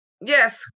Yes